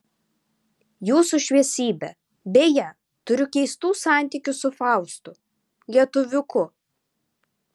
jūsų šviesybe beje turiu keistų santykių su faustu lietuviuku